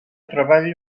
treball